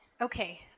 Okay